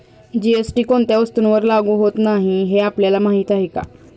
GST कोणत्या वस्तूंवर लागू होत नाही हे आपल्याला माहीत आहे का?